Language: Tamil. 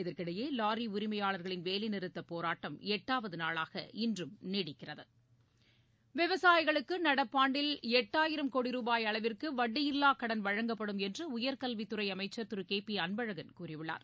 இதற்கிடையேலாரிஉரிமையாளர்களின் வேலைநிறுத்தபோராட்டம் எட்டாவதுநாளாக இன்றும் நீடிக்கிறது விவசாயிகளுக்குநடப்பாண்டில் எட்டாயிரம் கோடி ரூபாய் அளவிற்குவட்டியில்லாகடன் வழங்கப்படும் என்றுஉயர்கல்வித்துறைஅமைச்சர் திருகேபிஅன்பழகன் கூறியுள்ளார்